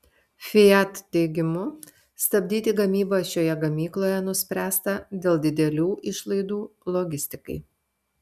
fiat teigimu stabdyti gamybą šioje gamykloje nuspręsta dėl didelių išlaidų logistikai